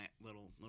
little